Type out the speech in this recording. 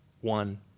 one